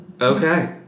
Okay